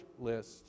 list